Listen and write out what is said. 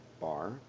bar